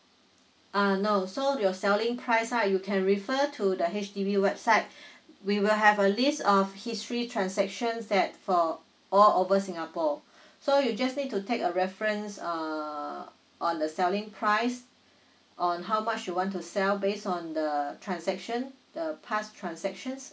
uh no so you're selling price uh you can refer to the H_D_B website we will have a list of history transactions that for all over singapore so you just need to take a reference uh on the selling price on how much you want to sell based on the transaction the past transactions